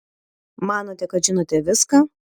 manote kad žinote viską